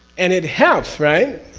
and it helps right?